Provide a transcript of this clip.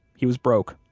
he was broke.